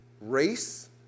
race